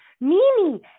Mimi